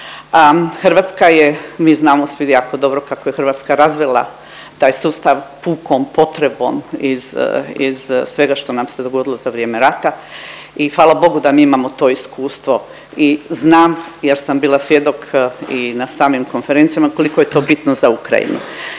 Hrvatska je mi znamo svi jako dobro kako je Hrvatska razvela taj sustav pukom potrebom iz, iz svega što nam se dogodilo za vrijeme rata i hvala Bogu da mi imamo to iskustvo. I znam jer sam bila svjedok i na samim konferencijama koliko je to bitno za Ukrajinu.